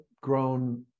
grown